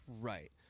Right